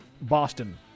Boston